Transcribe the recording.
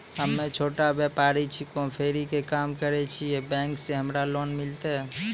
हम्मे छोटा व्यपारी छिकौं, फेरी के काम करे छियै, बैंक से हमरा लोन मिलतै?